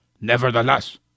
Nevertheless